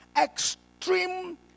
extreme